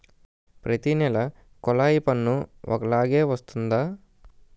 ప్రతి నెల కొల్లాయి పన్ను ఒకలాగే వస్తుందా?